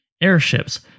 Airships